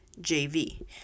JV